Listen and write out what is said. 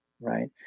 right